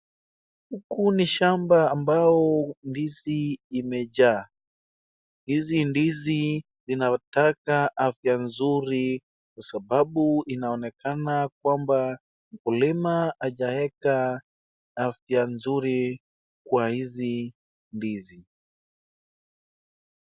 Huku ni shamba ambao ndizi imejaa. Hizi ndizi zinataka afya nzuri kwa sababu inaonekana kwamba mkulima hajaeka afya nzuri kwa hizi ndizi.